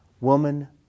Woman